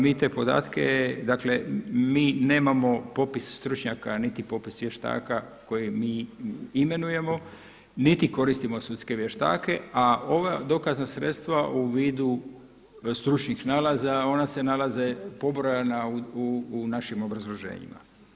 Mi te podatke, mi nemao popis stručnjaka niti popis vještaka koje mi imenujemo, niti koristimo sudske vještake a ova dokazna sredstva u vidu stručnih nalaza ona se nalaze pobrojana u našim obrazloženjima.